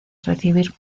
recibir